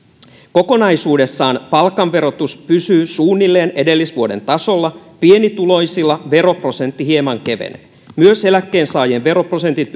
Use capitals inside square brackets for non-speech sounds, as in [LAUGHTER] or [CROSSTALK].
kokonaisuudessaan palkan verotus pysyy suunnilleen edellisvuoden tasolla pienituloisilla veroprosentti hieman kevenee myös eläkkeensaajien veroprosentit [UNINTELLIGIBLE]